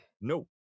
No